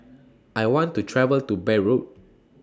I want to travel to Beirut